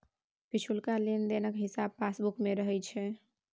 पिछुलका लेन देनक हिसाब पासबुक मे रहैत छै